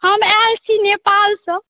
हम आयल छी नेपालसँ